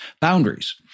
boundaries